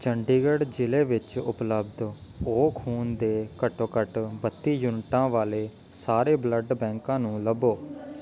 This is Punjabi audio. ਚੰਡੀਗੜ੍ਹ ਜ਼ਿਲ੍ਹੇ ਵਿੱਚ ਉਪਲਬਧ ਓ ਖੂਨ ਦੇ ਘੱਟੋ ਘੱਟ ਬੱਤੀ ਯੂਨਿਟਾਂ ਵਾਲੇ ਸਾਰੇ ਬਲੱਡ ਬੈਂਕਾਂ ਨੂੰ ਲੱਭੋ